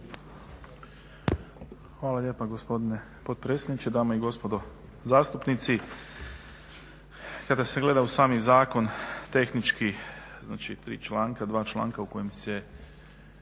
Hvala lijepa gospodine potpredsjedniče. Dame i gospodo zastupnici. Kada se gleda u sami zakon tehnički 3 članka 2 članka u kojem se